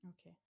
Okay